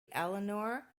eleanor